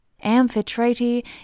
Amphitrite